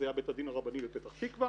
זה היה בית הדין הרבני בפתח תקווה.